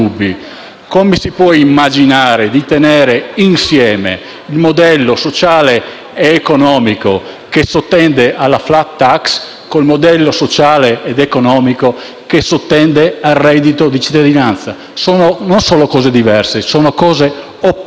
come può immaginare di tenere insieme un modello sociale ed economico che sottende alla *flat tax* con il modello sociale ed economico che sottende al reddito di cittadinanza? Sono non solo cose diverse, sono cose opposte.